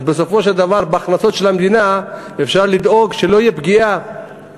בסופו של דבר אפשר לדאוג שלא תהיה פגיעה בהכנסות של המדינה.